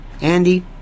Andy